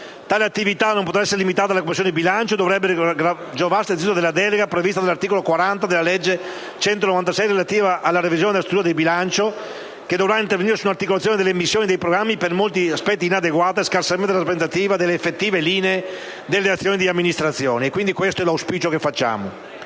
Tale attività non potrà essere limitata alle Commissioni bilancio e dovrebbe giovarsi dell'esercizio della delega prevista dall'articolo 40 della legge n. 196 del 2009, relativa alla revisione della struttura del bilancio, che dovrà intervenire su un'articolazione delle missioni e dei programmi per molti aspetti inadeguata e scarsamente rappresentativa delle effettive linee delle azioni di amministrazione. Questo è il nostro auspicio.